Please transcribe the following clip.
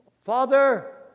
Father